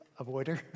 avoider